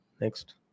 next